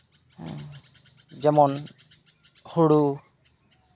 ᱡᱮᱢᱚᱱ ᱦᱩᱲᱩ